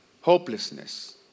Hopelessness